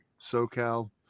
SoCal